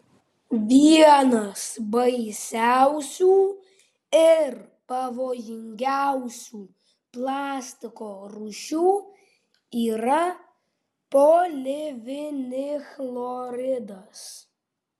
vienas baisiausių ir pavojingiausių plastiko rūšių yra polivinilchloridas